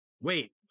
wait